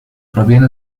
proviene